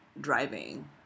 driving